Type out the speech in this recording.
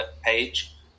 page